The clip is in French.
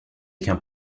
qu’un